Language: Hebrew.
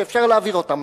שאפשר להעביר אותם,